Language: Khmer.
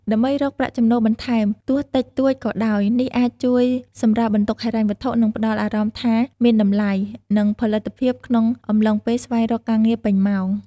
ដើម្បីរកប្រាក់ចំណូលបន្ថែមទោះតិចតួចក៏ដោយនេះអាចជួយសម្រាលបន្ទុកហិរញ្ញវត្ថុ និងផ្ដល់អារម្មណ៍ថាមានតម្លៃ និងផលិតភាពក្នុងអំឡុងពេលស្វែងរកការងារពេញម៉ោង។